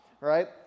right